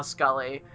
Scully